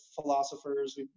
philosophers